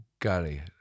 Gary